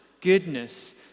goodness